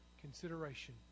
consideration